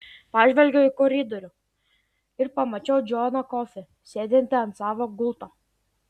pažvelgiau į koridorių ir pamačiau džoną kofį sėdintį ant savo gulto